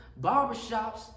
barbershops